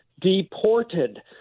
deported